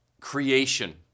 creation